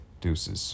Deuces